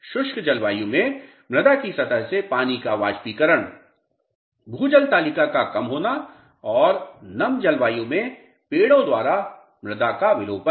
शुष्क जलवायु में मृदा की सतह से पानी का वाष्पीकरण भूजल तालिका का कम होना और नम जलवायु में पेड़ों द्वारा मृदा का विलोपन